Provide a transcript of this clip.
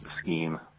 scheme